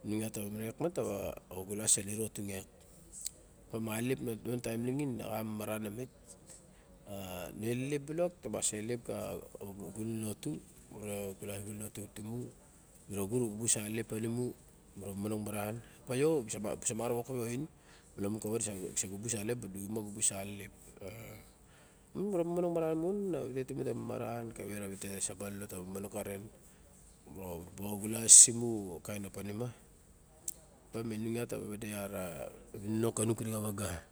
Nung iat ta be momo nong yiak inung yiak ta ba ochulas a niro tung yiak opa ma alelep moxa taim nixin na xa mamaran o met. Nu elelep bilok ta mas elelep ka gunon lotu. Mura mura kubus alelep ta na mu, mu ra monong maran. Opa io sa samarawa okawe a oin, lamun kawei sa xubus alelep sa duxuma a xubus alelep, muramonong maran mon kawe ra vite saba lele ta ba nonong kanen. O ta ba o xulas i mus o kain opa nima. Opa inu ita ta ba vade a mininong kanung kure ka waga.